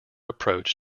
approach